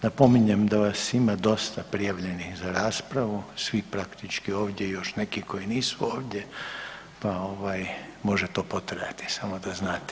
Napominjem da vas ima dosta prijavljenih za raspravu, svi praktički ovdje i još neki koji nisu ovdje, pa može to potrajati samo da znate.